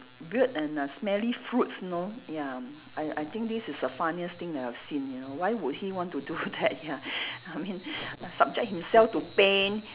weird and uh smelly fruits you know ya I I think this is the funniest thing that I have seen you know why would he want to do that ya I mean subject himself to pain